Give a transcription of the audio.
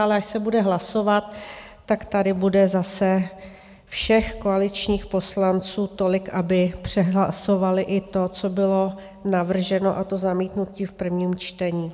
Ale až se bude hlasovat, tak tady bude zase všech koaličních poslanců tolik, aby přehlasovali i to, co bylo navrženo, a to zamítnutí v prvním čtení.